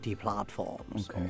platforms